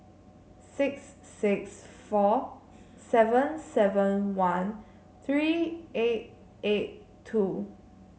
six six four seven seven one three eight eight two